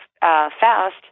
fast